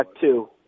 Two